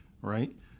Right